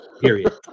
period